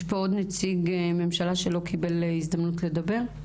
יש פה עוד נציג ממשלה שלא קיבל הזדמנות לדבר?